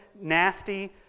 nasty